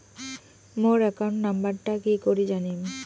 মোর account নাম্বারটা কি করি জানিম?